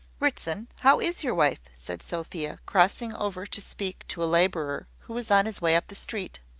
ritson, how is your wife? said sophia, crossing over to speak to a labourer who was on his way up the street.